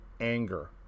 anger